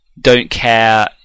don't-care